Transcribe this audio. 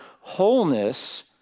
wholeness